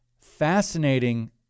Fascinating